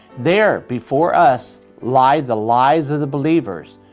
there before us lie the lives of the believers,